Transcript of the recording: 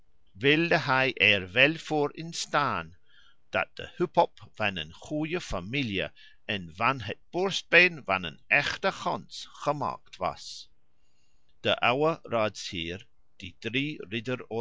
er wel voor instaan dat de hup op van eene goede familie en van het borstbeen van een echte gans gemaakt was de oude raadsheer die drie